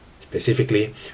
Specifically